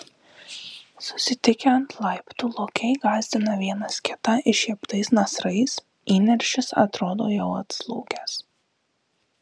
susitikę ant laiptų lokiai gąsdina vienas kitą iššieptais nasrais įniršis atrodo jau atslūgęs